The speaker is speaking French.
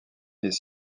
est